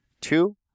two